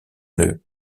une